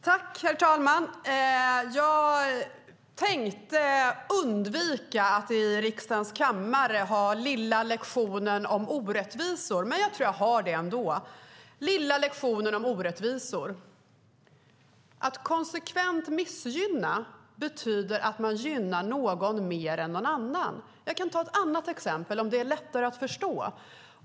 Herr talman! Jag tänkte undvika att i riksdagens kammare ha lilla lektionen om orättvisor, men jag tror att jag har den ändå. Lilla lektionen om orättvisor: Att konsekvent missgynna betyder att man gynnar någon mer än någon annan. Jag kan ta ett annat exempel, om det då är lättare att förstå.